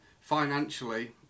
Financially